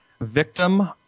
Victim